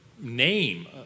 name